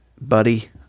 buddy